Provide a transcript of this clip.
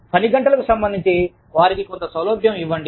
పని గంటలకు సంబంధించి వారికి కొంత సౌలభ్యం ఇవ్వండి